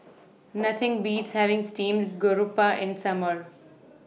Nothing Beats having Steamed Garoupa in The Summer